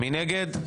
מי נגד?